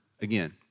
again